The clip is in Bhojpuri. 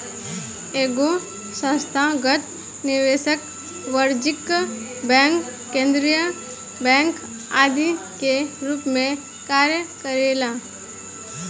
एगो संस्थागत निवेशक वाणिज्यिक बैंक केंद्रीय बैंक आदि के रूप में कार्य करेला